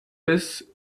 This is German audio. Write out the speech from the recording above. bis